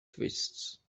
twists